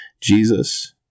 Jesus